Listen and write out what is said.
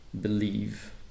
believe